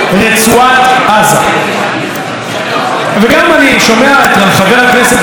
ואני שומע גם את חבר הכנסת ילין מתייחס רבות לסוגיית עזה,